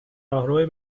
راهرو